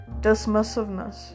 Dismissiveness